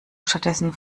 stattdessen